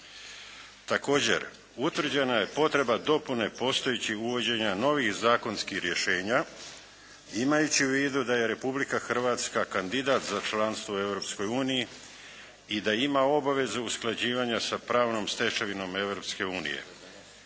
Također utvrđena je potreba dopune postojećih uvođenja novih zakonskih rješenja imajući u vidu da je Republika Hrvatska kandidat za članstvo u Europskoj uniji i da ima obavezu usklađivanja sa pravnom stečevinom